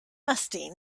musty